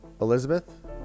Elizabeth